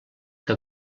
que